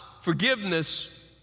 forgiveness